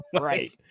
Right